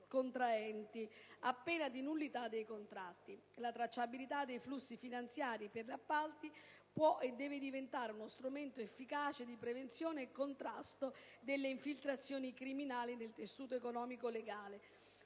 subcontraenti, a pena di nullità dei contratti. La tracciabilità dei flussi finanziari per gli appalti può e deve diventare uno strumento efficace di prevenzione e contrasto delle infiltrazioni criminali nel tessuto economico legale